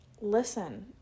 listen